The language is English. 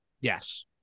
Yes